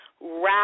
wrap